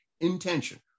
intention